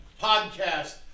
podcast